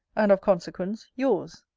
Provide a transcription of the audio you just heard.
and of consequence yours.